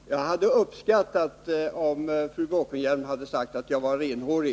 Fru talman! Jag hade uppskattat om fru Bråkenhielm hade sagt att jag var renhårig.